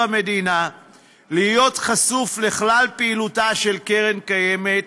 המדינה להיות חשוף לכלל פעילותה של קרן קיימת,